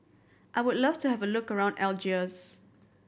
I would like to have a look around Algiers